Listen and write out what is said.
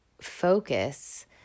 focus